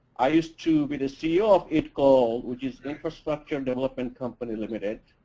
i used to be the ceo of idcol which is infrastructure and development company limited,